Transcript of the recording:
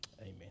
amen